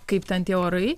kaip ten tie orai